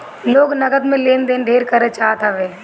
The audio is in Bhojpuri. लोग नगद में लेन देन ढेर करे चाहत हवे